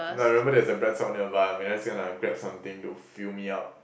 if I remember there's a BreadTalk nearby I'm just gonna grab something to fill me up